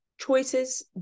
choices